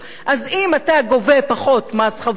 אז אם אתה גובה פחות מס חברות,